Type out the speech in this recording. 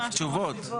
תשובות.